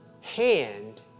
hand